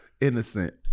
innocent